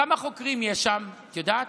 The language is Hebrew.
כמה חוקרים יש שם, את יודעת?